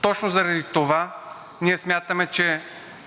Точно заради това ние смятаме, че